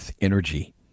energy